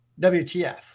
WTF